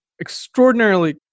extraordinarily